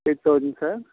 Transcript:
eight thousand sir